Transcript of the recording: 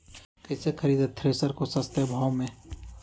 कैसे खरीदे थ्रेसर को सस्ते भाव में?